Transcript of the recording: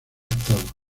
estados